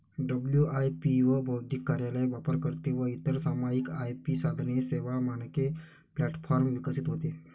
WIPO बौद्धिक कार्यालय, वापरकर्ते व इतर सामायिक आय.पी साधने, सेवा, मानके प्लॅटफॉर्म विकसित होते